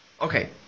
Okay